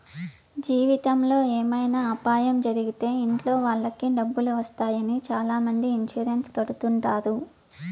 జీవితంలో ఏమైనా అపాయం జరిగితే ఇంట్లో వాళ్ళకి డబ్బులు వస్తాయి అని చాలామంది ఇన్సూరెన్స్ కడుతుంటారు